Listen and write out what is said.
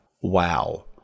Wow